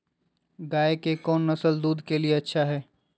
गाय के कौन नसल दूध के लिए अच्छा है?